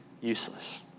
useless